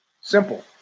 Simple